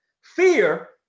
fear